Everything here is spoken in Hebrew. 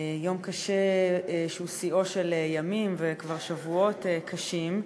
יום קשה שהוא שיאם של ימים וכבר שבועות קשים.